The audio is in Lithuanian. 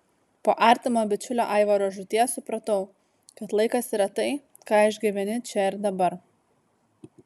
po artimo bičiulio aivaro žūties supratau kad laikas yra tai ką išgyveni čia ir dabar